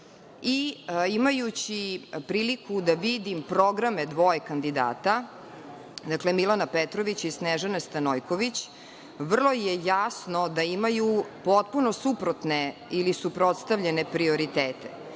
Imajući priliku da vidim programe dvoje kandidata, Milana Petrovića i Snežane Stanojković, vrlo je jasno da imaju potpuno suprotne ili suprotstavljene prioritete.